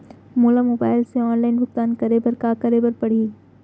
मोला मोबाइल से ऑनलाइन भुगतान करे बर का करे बर पड़ही?